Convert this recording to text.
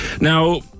Now